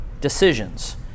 decisions